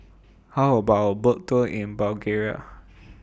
How about A Boat Tour in Bulgaria